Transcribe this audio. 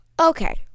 Okay